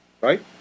right